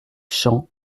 champs